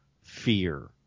fear